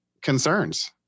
concerns